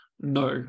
no